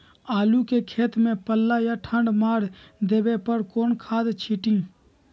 आलू के खेत में पल्ला या ठंडा मार देवे पर कौन खाद छींटी?